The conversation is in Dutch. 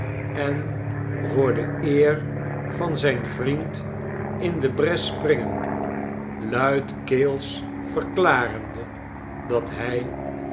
en voor de eer van zijn vriend in de bres springen luidkeels verklarende dat hij